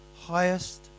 highest